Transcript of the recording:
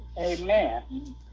Amen